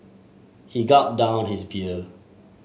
he gulped down his beer